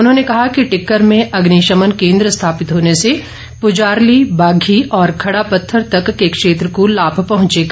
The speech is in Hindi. उन्होंने कहा कि टिक्कर में अग्निशमन केन्द्र स्थापित होने से पुजारली बाघी और खड़ा पत्थर तक के क्षेत्र को लाभ पहुंचेगा